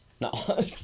no